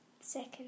Second